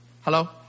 Hello